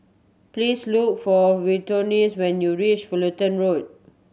please look for Victorine when you reach Fullerton Road